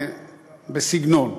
בסגנון,